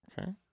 Okay